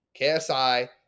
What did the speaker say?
KSI